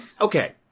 okay